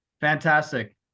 Fantastic